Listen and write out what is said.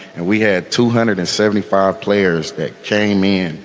and we had two hundred and seventy five players that came in and